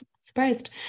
surprised